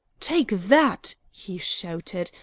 take that! he shouted,